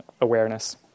awareness